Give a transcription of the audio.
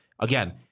again